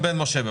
יש ירידה ב-7%.